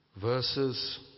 Verses